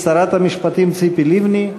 שרת המשפטים ציפי לבני,